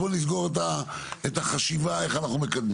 אז בואו נסגור את החשיבה על איך אנחנו מקדמים.